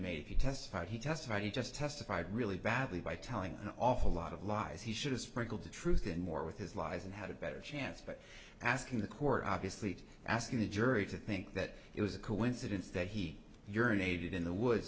if you testified he testified he just testified really badly by telling an awful lot of lies he should've sprinkled the truth in more with his lies and had a better chance but asking the court obviously asking the jury to think that it was a coincidence that he your unaided in the woods